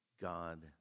God